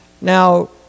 Now